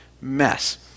mess